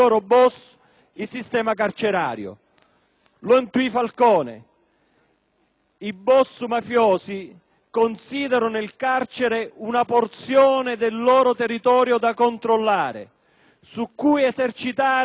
Lo intuì Falcone: i boss mafiosi considerano il carcere una porzione del loro territorio da controllare, su cui esercitare il loro dominio